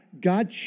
God